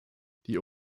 die